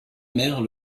mère